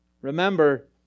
remember